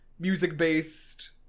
Music-based